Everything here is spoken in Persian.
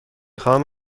خواهم